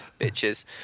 bitches